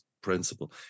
principle